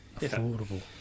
Affordable